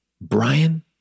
Brian